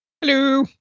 Hello